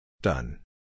Done